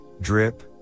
drip